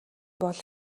бол